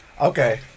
Okay